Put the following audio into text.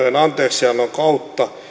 lainojen anteeksiannon kautta